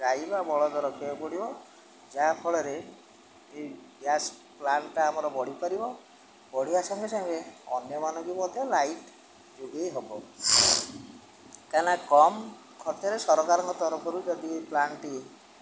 ଗାଇବା ବଳଦ ରଖିବାକୁ ପଡ଼ିବ ଯାହାଫଳରେ ଏଇ ଗ୍ୟାସ୍ ପ୍ଲାଣ୍ଟ୍ଟା ଆମର ବଢ଼ିପାରିବ ବଢ଼ିବା ସଙ୍ଗେ ସାଙ୍ଗେ ଅନ୍ୟମାନଙ୍କୁ ମଧ୍ୟ ଲାଇଟ୍ ଯୋଗେଇ ହବ କାହିଁକିନା କମ୍ ଖର୍ଚ୍ଚରେ ସରକାରଙ୍କ ତରଫରୁ ଯଦି ଏ ପ୍ଳାଣ୍ଟ୍ଟି